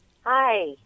hi